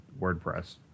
WordPress